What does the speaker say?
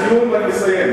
לסיום, לסיום ונסיים.